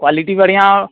quality बढ़िया हो